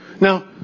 Now